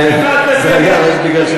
זה היה רק בגלל,